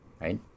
right